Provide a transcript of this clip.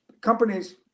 Companies